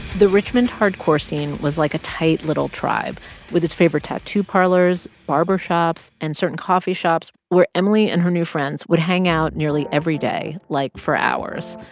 the richmond hardcore scene was like a tight, little tribe with its favorite tattoo parlors, barbershops and certain coffee shops where emily and her new friends would hang out nearly every day, like, for hours,